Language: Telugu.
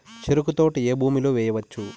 చెరుకు తోట ఏ భూమిలో వేయవచ్చు?